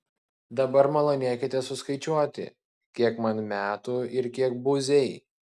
dabar malonėkite suskaičiuoti kiek man metų ir kiek buziai